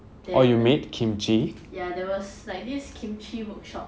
then the ya there was like this kimchi workshop